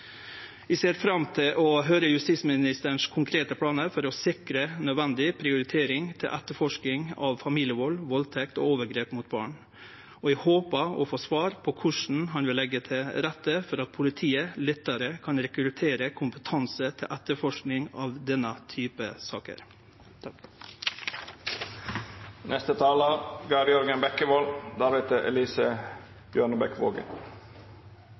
Eg ser fram til å høyre justisministerens konkrete planar for å sikre nødvendig prioritering til etterforsking av familievald, valdtekt og overgrep mot barn, og eg håpar å få svar på korleis han vil leggje til rette for at politiet lettare kan rekruttere kompetanse til etterforsking av denne typen saker.